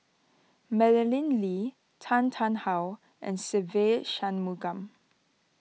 Madeleine Lee Tan Tarn How and Se Ve Shanmugam